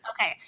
Okay